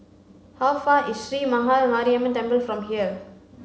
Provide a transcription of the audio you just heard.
how far is Sree Maha Mariamman Temple from here